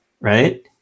Right